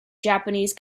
japanese